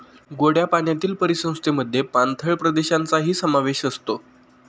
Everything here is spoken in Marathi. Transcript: गोड्या पाण्यातील परिसंस्थेमध्ये पाणथळ प्रदेशांचाही समावेश असतो